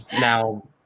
Now